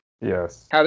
Yes